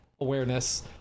awareness